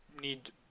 need